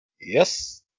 Yes